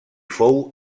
fou